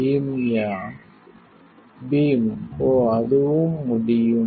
beam யா பீம் 2719 ஓ அதுவும் முடியும்